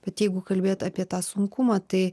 bet jeigu kalbėt apie tą sunkumą tai